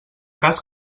cas